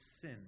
sin